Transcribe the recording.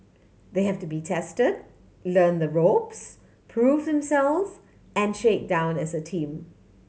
they have to be test learn the ropes prove themself and shake down as a team